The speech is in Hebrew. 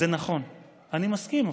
זה נכון, אני מסכים.